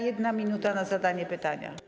1 minuta na zadanie pytania.